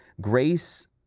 grace